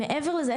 מעבר לזה,